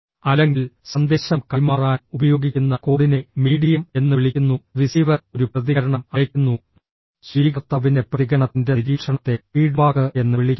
അല്ലെങ്കിൽ സന്ദേശം കൈമാറാൻ ഉപയോഗിക്കുന്ന കോഡിനെ മീഡിയം എന്ന് വിളിക്കുന്നു റിസീവർ ഒരു പ്രതികരണം അയയ്ക്കുന്നു സ്വീകർത്താവിൻ്റെ പ്രതികരണത്തിൻ്റെ നിരീക്ഷണത്തെ ഫീഡ്ബാക്ക് എന്ന് വിളിക്കുന്നു